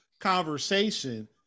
conversation